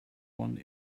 one